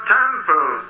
temple